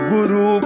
Guru